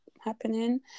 happening